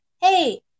hey